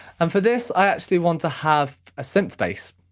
and for this i actually want to have a synth bass,